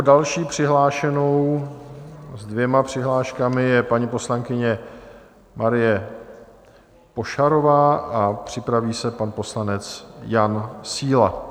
Další přihlášenou s dvěma přihláškami je paní poslankyně Marie Pošarová a připraví se pan poslanec Jan Síla.